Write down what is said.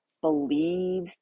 believe